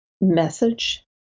message